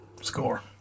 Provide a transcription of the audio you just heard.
Score